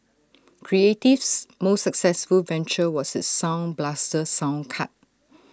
creative's most successful venture was its sound blaster sound card